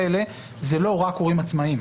האמורות זה לא רק הורים עצמאיים.